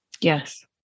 Yes